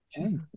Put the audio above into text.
Okay